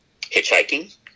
hitchhiking